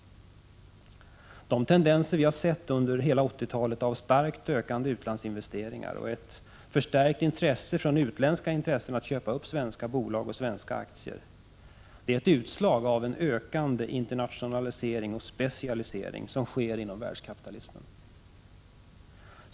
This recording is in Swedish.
De tendenser som vi har sett under hela 80-talet till starkt ökande utlandsinvesteringar och ett förstärkt intresse från utländska intressen att köpa upp svenska bolag och svenska aktier, är ett utslag av den ökande internationalisering och specialisering som sker inom världskapitalismen.